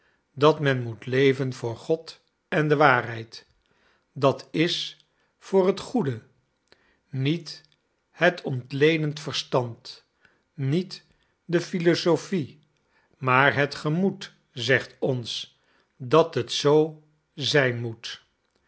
dat men moet leven voor god en de waarheid d i voor het goede niet het ontledend verstand niet de philosophie maar het gemoed zegt ons dat het zoo zijn moet